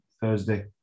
Thursday